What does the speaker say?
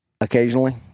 occasionally